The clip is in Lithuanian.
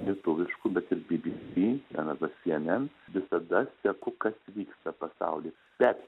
lietuviškų bet ir bbc ten arba cnn visada seku kas vyksta pasauly bet